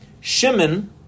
Shimon